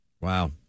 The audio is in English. Wow